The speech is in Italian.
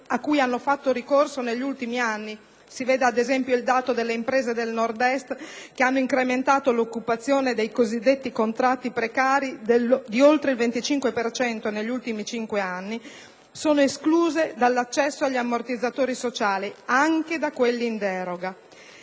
a cui hanno fatto ricorso negli ultimi anni (si veda, ad esempio, il dato delle imprese del Nord-Est, che hanno incrementato l'occupazione dei cosiddetti contratti precari di oltre il 25 per cento negli ultimi cinque anni) sono escluse dall'accesso agli ammortizzatori sociali, anche da quelli in deroga.